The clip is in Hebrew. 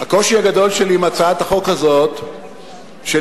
הקושי הגדול שלי עם הצעת החוק הזאת הוא שלכאורה,